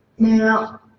now,